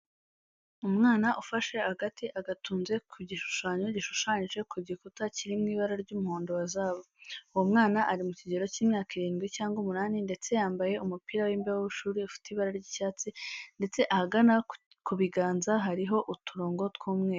Umwana ufashe agati agatunze ku gishushanyo gishushanyije ku gikuta, kiri mu ibara ry'umuhondo wa zahabu. Uwo mwana ari mu kigero cy'imyaka irindwi cyangwa umunani ndetse yambaye umupira w'imbeho w'ishuri ufite ibara ry'icyatsi ndetse ahagana ku biganza harimo uturongo tw'umweru.